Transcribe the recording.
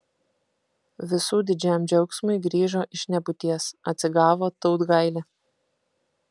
visų didžiam džiaugsmui grįžo iš nebūties atsigavo tautgailė